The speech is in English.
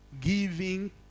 giving